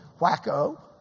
wacko